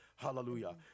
Hallelujah